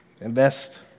Invest